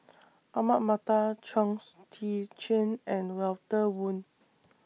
Ahmad Mattar Chong's Tze Chien and Walter Woon